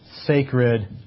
sacred